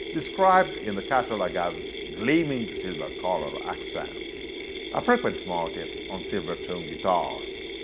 described in the catalog as gleaming silver color accents a frequent motif on silvertone guitars.